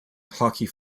hockey